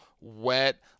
wet